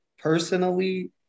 Personally